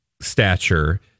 stature